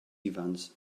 ifans